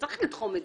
אתם שוקלים.